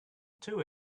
too